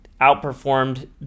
outperformed